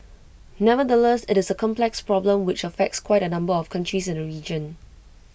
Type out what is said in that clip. nevertheless IT is A complex problem which affects quite A number of countries in the region